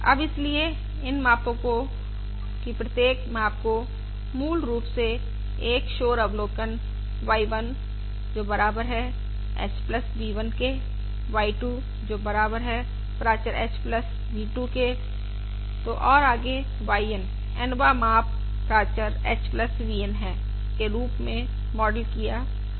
अब इसलिए इन मापो की प्रत्येक माप को मूल रूप से एक शोर अवलोकन y 1 जो बराबर है h v 1 के y 2 जो बराबर है प्राचर h v 2 के तो और आगे y N Nवाँ माप प्राचर h v N है के रूप में मॉडल किया जा सकता है